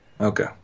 Okay